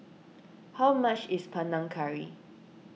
how much is Panang Curry